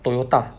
Toyota